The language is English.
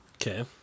Okay